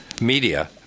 Media